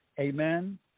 amen